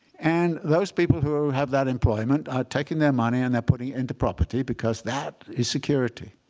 and those people who have that employment are taking their money, and they're putting it into property because that is security.